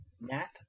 Nat